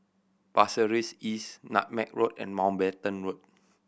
Pasir Ris East Nutmeg Road and Mountbatten Road